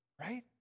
Right